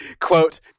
quote